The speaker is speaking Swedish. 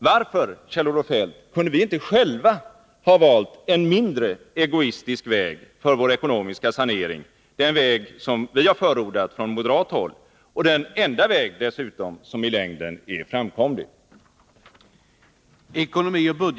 Varför, Kjell-Olof Feldt, kunde vi inte själva ha valt en mindre egoistisk väg för vår ekonomiska sanering — den väg som vi förordat från moderat håll och den enda väg dessutom som i längden är framkomlig?